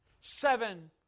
Seven